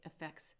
affects